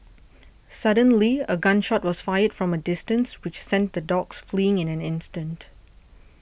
suddenly a gun shot was fired from a distance which sent the dogs fleeing in an instant